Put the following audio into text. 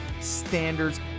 standards